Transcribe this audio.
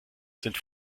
sind